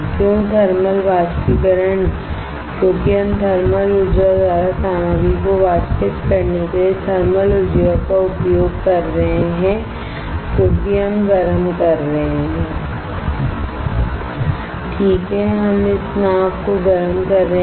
क्यों थर्मल बाष्पीकरण क्योंकि हम थर्मल ऊर्जा द्वारा सामग्री को वाष्पित करने के लिए थर्मल ऊर्जा का उपयोग कर रहे हैं क्योंकि हम गर्म कर रहे हैं ठीक है हम नाव को गर्म कर रहे हैं